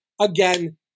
again